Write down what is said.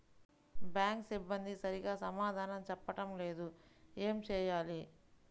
Bank సిబ్బంది సరిగ్గా సమాధానం చెప్పటం లేదు ఏం చెయ్యాలి?